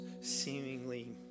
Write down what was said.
seemingly